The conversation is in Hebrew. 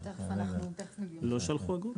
השאלה הראשונה שאנחנו רוצים להבין פה: על איזה סכומים מדובר?